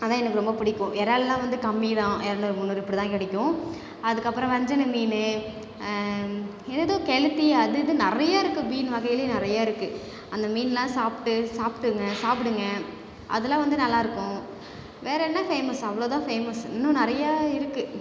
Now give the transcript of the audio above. அதுதான் எனக்கு ரொம்ப பிடிக்கும் இறால்லாம் வந்து கம்மி தான் இரநூறு முந்நூறு இப்படிதான் கிடைக்கும் அதுக்கப்புறம் வஞ்சர மீனு ஏதேதோ கெளுத்தி அது இதுன்னு நிறையா இருக்குது மீன் வகையிலே நிறையா இருக்குது அந்த மீன்லாம் சாப்பிட்டு சாப்பிட்டுங்க சாப்பிடுங்க அதெல்லாம் வந்து நல்லா இருக்கும் வேற என்ன ஃபேமஸ்ஸு அவ்வளோதான் ஃபேமஸ்ஸு இன்னும் நிறையா இருக்குது